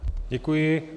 Děkuji.